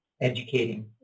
educating